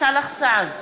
סאלח סעד,